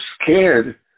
scared